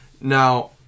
Now